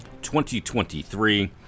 2023